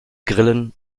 grillen